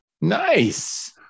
Nice